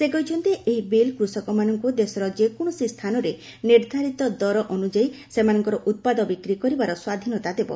ସେ କହିଛନ୍ତି ଏହି ବିଲ୍ କୃଷକମାନଙ୍କୁ ଦେଶର ଯେକୌଣସି ସ୍ଥାନରେ ନିର୍ଦ୍ଧାରିତ ଦର ଅନୁଯାୟୀ ସେମାନଙ୍କ ଉତ୍ପାଦ ବିକ୍ରି କରିବାର ସ୍ୱାଧୀନତା ଦେବ